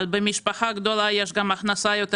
אבל במשפחה גדולה יש גם הכנסה יותר